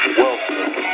welcome